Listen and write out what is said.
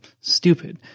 Stupid